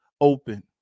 open